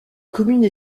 commune